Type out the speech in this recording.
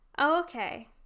okay